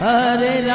Hare